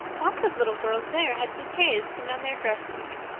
lots of little girls there had bouquets pinned on their dresses.